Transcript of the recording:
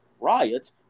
riots